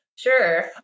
Sure